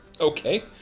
Okay